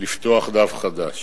לפתוח דף חדש.